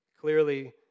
clearly